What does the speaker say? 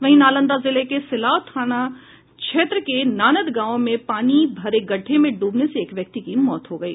वहीं नालंदा जिले के सिलाव थाना क्षेत्र के नानद गांव में पानी भरे खड्डे में डूबने से एक व्यक्ति की मौत हो गयी